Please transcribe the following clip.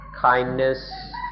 kindness